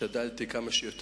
השתדלתי להיות שם כמה שיותר,